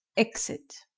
exit